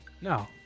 No